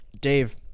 dave